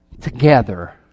together